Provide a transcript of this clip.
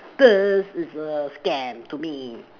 cause it's a scam to me